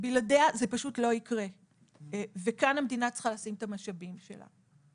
בלעדיה זה פשוט לא יקרה וכאן המדינה צריכה לשים את המשאבים שלה.